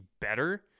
better